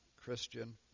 Christian